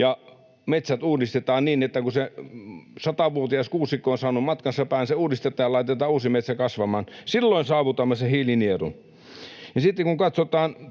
ja metsät uudistetaan niin, että kun se satavuotias kuusikko on saanut matkansa pään, se uudistetaan ja laitetaan uusi metsä kasvamaan. Silloin saavutamme sen hiilinielun. Sitten kun katsotaan,